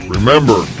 Remember